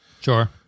Sure